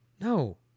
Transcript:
no